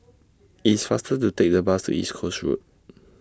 It's faster to Take The Bus to East Coast Road